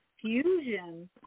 fusion